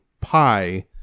pi